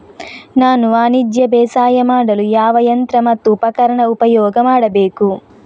ನಾನು ವಾಣಿಜ್ಯ ಬೇಸಾಯ ಮಾಡಲು ಯಾವ ಯಂತ್ರ ಮತ್ತು ಉಪಕರಣ ಉಪಯೋಗ ಮಾಡಬೇಕು?